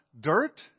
dirt